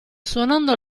suonando